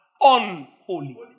unholy